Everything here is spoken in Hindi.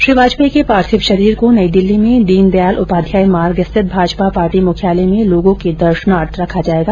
श्री वाजपेयी के पार्थिव शरीर को नई दिल्ली में दीन दयाल उपाध्याय मार्ग स्थित भाजपा पार्टी मुख्यालय में लोगों के दर्शनार्थ रखा जायेगा